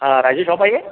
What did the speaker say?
हां राजे शॉप आहे हे